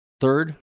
Third